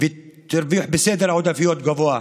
בעדיפות גבוהה.